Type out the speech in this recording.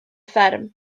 fferm